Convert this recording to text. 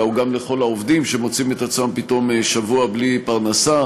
אלא הוא גם לכל העובדים שמוצאים את עצמם פתאום שבוע בלי פרנסה,